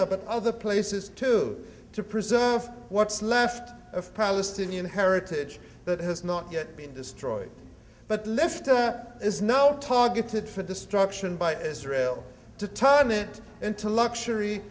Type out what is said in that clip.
but other places too to preserve what's left of palestinian heritage that has not yet been destroyed but lift is no targeted for destruction by israel to turn it into luxury